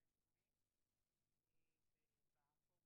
בקשה גברת.